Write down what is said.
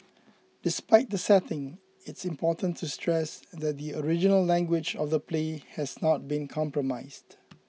despite the setting it's important to stress that the original language of the play has not been compromised